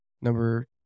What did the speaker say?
number